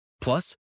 Plus